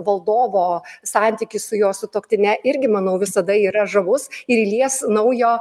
valdovo santykis su jo sutuoktine irgi manau visada yra žavus ir įlies naujo